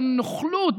בנוכלות,